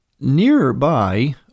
nearby